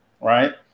right